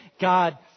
God